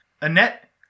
Annette